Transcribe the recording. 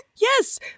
Yes